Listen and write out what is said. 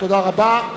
תודה רבה.